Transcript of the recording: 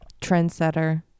Trendsetter